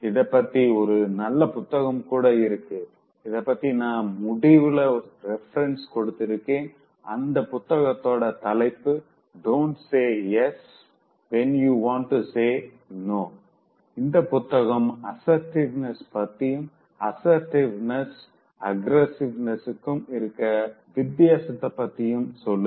இதபத்தி ஒரு நல்ல புத்தகம் கூட இருக்கு அதபத்தி நா முடிவுல ரெஃபரன்ஸ்ல கொடுத்திருக்கேன் அந்த புத்தகத்தோட தலைப்பு Dont Say Yes When You Want To Say Noஇந்த புத்தகம் அசர்ட்டிவ்னஸ் பத்தியும் அசர்ட்டிவ்னெஸ்க்கும் அஹ்ரஸிவ்னஸ்க்கும் இருக்க வித்யாசத்த பத்தியும் சொல்லுது